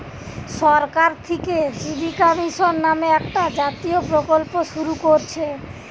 সরকার থিকে জীবিকা মিশন নামে একটা জাতীয় প্রকল্প শুরু কোরছে